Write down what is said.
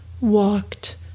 walked